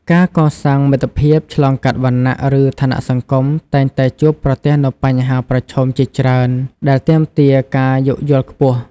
ការកសាងមិត្តភាពឆ្លងកាត់វណ្ណៈ ឬឋានៈសង្គមតែងតែជួបប្រទះនូវបញ្ហាប្រឈមជាច្រើនដែលទាមទារការយោគយល់ខ្ពស់។